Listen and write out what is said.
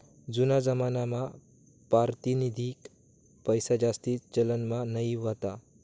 जूना जमानामा पारतिनिधिक पैसाजास्ती चलनमा नयी व्हता